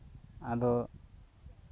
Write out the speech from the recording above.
ᱟᱫᱚ